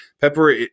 Pepper